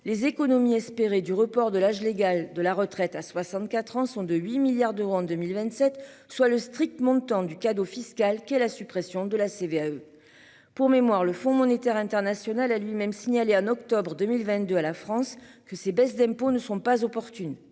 les économies espérées du report de l'âge légal de la retraite à 64 ans sont de 8 milliards d'euros en 2027 soit le strict montant du cadeau fiscal qu'est la suppression de la CVAE. Pour mémoire, le Fonds monétaire international a lui-même signalé en octobre 2022, à la France que ces baisses d'impôts ne sont pas opportune,